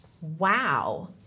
wow